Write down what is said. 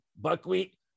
Buckwheat